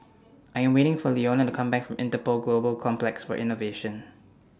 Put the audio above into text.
I'm waiting For Leona to Come Back from Interpol Global Complex For Innovation